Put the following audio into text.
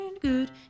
good